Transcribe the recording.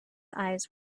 eyes